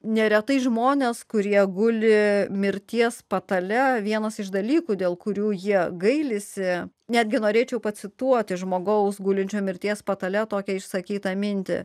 neretai žmonės kurie guli mirties patale vienas iš dalykų dėl kurių jie gailisi netgi norėčiau pacituoti žmogaus gulinčio mirties patale tokią išsakytą mintį